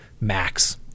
Max